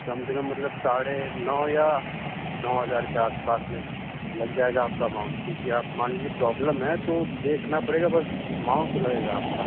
कम से कम मतलब साढ़े नौ या नौ हज़ार के आस पास में लग जाएगा आपका अमाउंट क्योंकि आप मान लीजिए प्रॉब्लम है तो देखना पड़ेगा बस अमाउंट तो लगेगा आपका